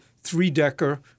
three-decker